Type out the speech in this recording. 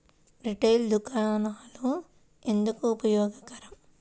Retail దుకాణాలు ఎందుకు ఉపయోగకరం?